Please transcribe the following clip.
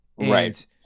Right